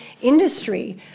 industry